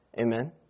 Amen